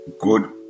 Good